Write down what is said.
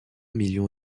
million